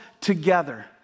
together